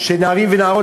שנערים ונערות,